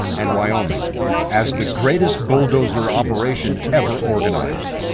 and wyoming as the greatest bulldozer operation ever organized.